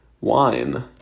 Wine